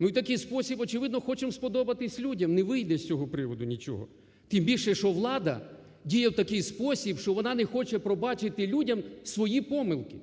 У такий спосіб, очевидно, хочемо сподобатися людям, не вийде з цього приводу нічого, тим більше, що влада діє в такий спосіб, що вона не хоче пробачити людям свої помилки.